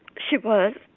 she was.